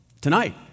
Tonight